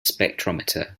spectrometer